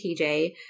TJ